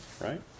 right